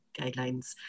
guidelines